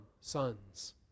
sons